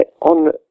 on